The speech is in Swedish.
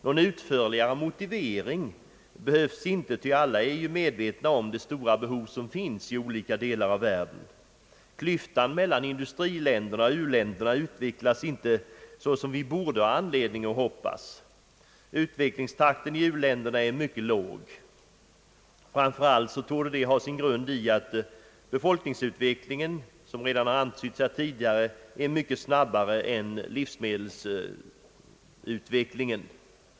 Någon utförligare motivering behövs inte, ty alla är ju nu medvetna om det stora behovet i olika delar av världen. Klyftan mellan industriländerna och u-länderna utvecklas inte så som vi borde ha anledning att hoppas. Utvecklingstakten i u-länderna är mycket låg. Framför allt torde detta ha sin grund i att befolkningsutvecklingen är mycket snabbare än livsmedelsutvecklingen.